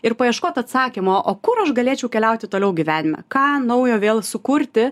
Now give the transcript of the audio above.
ir paieškot atsakymo o kur aš galėčiau keliauti toliau gyvenime ką naujo vėl sukurti